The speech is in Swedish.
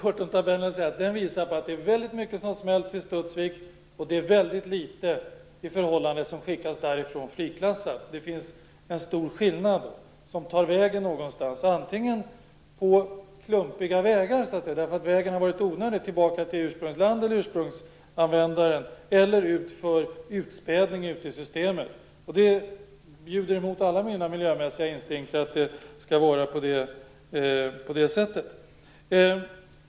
Fru talman! Det här visar att det är mycket som smälts i Studsvik, och det är litet som skickas därifrån friklassat. Det finns en stor mängd som tar vägen någonstans. Det kan vara klumpiga vägar, tillbaka till ursprungsland eller ursprungsanvändaren eller genom utförd utspädning ut i systemet. Det bjuder emot alla mina miljömässiga instinkter att det skall vara så.